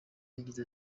yagize